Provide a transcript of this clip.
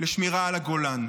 לשמירה על הגולן.